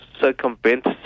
circumvent